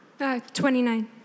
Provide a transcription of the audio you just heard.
29